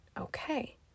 Okay